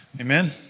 Amen